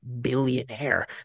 billionaire